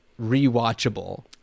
rewatchable